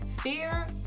fear